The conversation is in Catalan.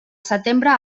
setembre